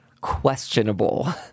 questionable